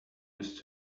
used